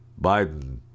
Biden